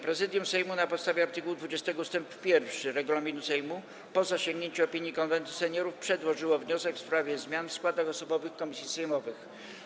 Prezydium Sejmu na podstawie art. 20 ust. 1 regulaminu Sejmu, po zasięgnięciu opinii Konwentu Seniorów, przedłożyło wniosek w sprawie zmian w składach osobowych komisji sejmowych.